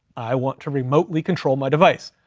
i want to remotely control my device.